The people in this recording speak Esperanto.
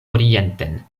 orienten